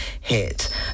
hit